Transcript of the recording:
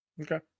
Okay